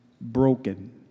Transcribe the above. broken